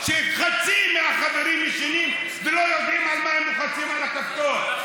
כשחצי מהחברים ישנים ולא יודעים על מה הם לוחצים על הכפתור.